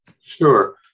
Sure